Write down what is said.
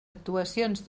actuacions